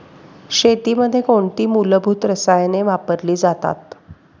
शेतीमध्ये कोणती मूलभूत रसायने वापरली जातात?